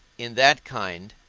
in that kind,